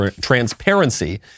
transparency